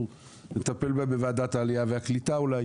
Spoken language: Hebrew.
נטפל בהן בוועדת העלייה והקליטה אולי,